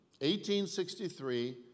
1863